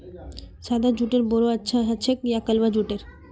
सादा जुटेर बोरा अच्छा ह छेक या कलवा जुटेर